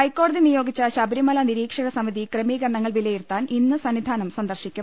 ഹൈക്കോടതി നിയോഗിച്ച ശബരിമല നിരീക്ഷക സമിതി ക്രമീ കരണങ്ങൾ വിലയിരുത്താൻ ഇന്ന് സന്നിധാനം സന്ദർശിക്കും